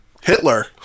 Hitler